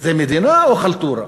זה מדינה או חלטורה?